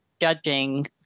judging